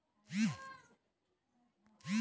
बीजदर का होखे?